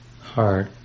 heart